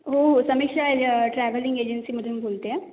हो हो Samiksha a travelling एजेंसीमधून बोलते आहे